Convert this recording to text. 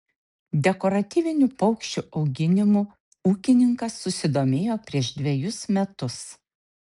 dekoratyvinių paukščių auginimu ūkininkas susidomėjo prieš dvejus metus